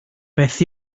beth